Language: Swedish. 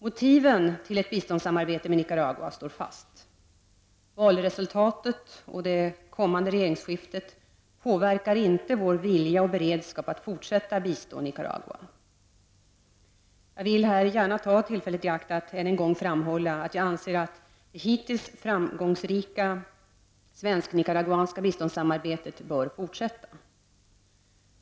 Motiven till ett biståndssamarbete med Nicaragua står fast. Valresultatet och det kommande regeringsskiftet påverkar inte vår vilja och beredskap att fortsätta att bistå Nicaragua. Jag vill här gärna ta tillfället i akt att än en gång framhålla att jag anser att det hittills framgångsrika svensk-nicaraguanska biståndssamarbetet bör fortsätta.